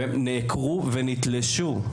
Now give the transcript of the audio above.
הם נעקרו ונתלשו.